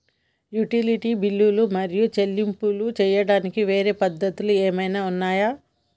Utility బిల్లులు మరియు చెల్లింపులు చేయడానికి వేరే పద్ధతులు ఏమైనా ఉన్నాయా?